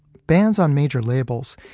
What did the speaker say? bands on major labels,